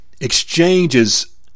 exchanges